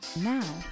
Now